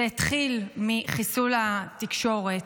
זה התחיל מחיסול התקשורת,